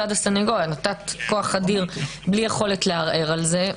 נתת כוח אדיר בלי יכולת לערער על זה.